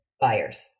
buyers